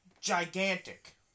gigantic